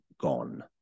gone